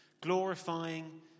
glorifying